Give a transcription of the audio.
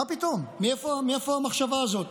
מה פתאום, מאיפה המחשבה הזאת?